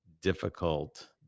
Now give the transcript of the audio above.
difficult